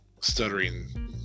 stuttering